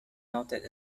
noted